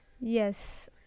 yes